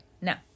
now